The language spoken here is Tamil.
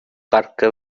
கற்க